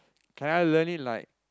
can I learn it like